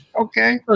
Okay